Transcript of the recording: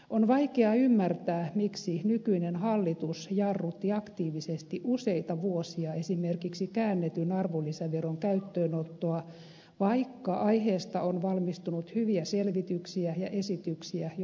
on vaikea ymmärtää miksi nykyinen hallitus jarrutti aktiivisesti useita vuosia esimerkiksi käännetyn arvonlisäveron käyttöönottoa vaikka aiheesta oli valmistunut hyviä selvityksiä ja esityksiä jo vuosia aiemmin